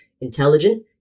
intelligent